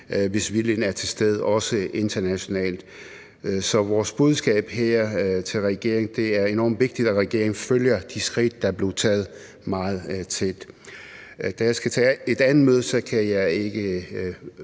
hvis viljen er til stede, også internationalt. Så vores budskab her til regeringen er, at det er enormt vigtigt, at regeringen følger de skridt, der er blevet taget, meget tæt. Da jeg skal til et andet møde, kan jeg ikke